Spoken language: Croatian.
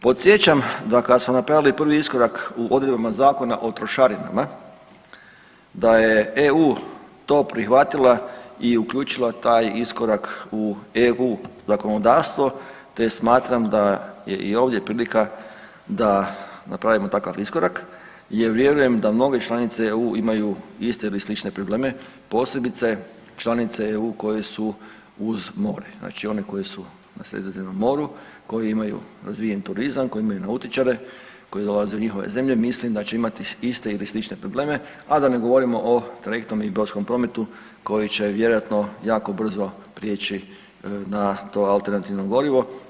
Podsjećam da kada smo napravili prvi iskorak u odredbama Zakona o trošarinama da je EU to prihvatila i uključila taj iskorak u EU zakonodavstvo te smatram da je i ovdje prilika da napravimo takav iskorak jer vjerujem da mnoge članice EU imaju iste ili slične probleme, posebice članice Eu koje su uz more, znači one koje su na Sredozemnom moru, koje imaju razvijen turizam, koje imaju nautičare, koji dolaze u njihove zemlje, mislim da će imati iste ili slične probleme, a da ne govorimo o trajektnom i brodskom prometu koji će vjerojatno jako brzo prijeći na to alternativno gorivo.